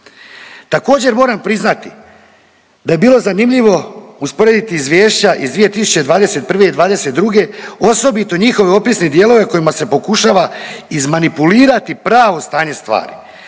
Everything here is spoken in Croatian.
Također moram priznati da je bilo zanimljivo usporediti izvješća iz 2021. i '22. osobito njihove opisne dijelove kojima se pokušava izmanipulirati pravo stanje stvari.